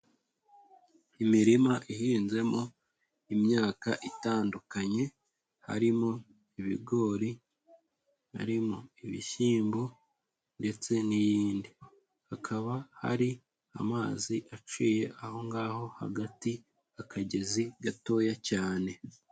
Imirima ihinzemo imyaka itandukanye, harimo ibigori, harimo ibishyimbo, ndetse n'iyindi. Hakaba hari amazi aciye aho ngaho hagati akagezi gatoya cyane.